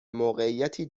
موقعیتی